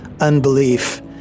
unbelief